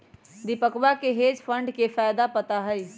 दीपकवा के hedge fund के फायदा पता हई